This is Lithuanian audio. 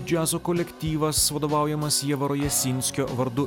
džiazo kolektyvas vadovaujamas jovaro jasinskio vardu